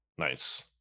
nice